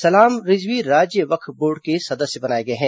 सलाम रिजवी राज्य वक्फ बोर्ड के सदस्य बनाए गए हैं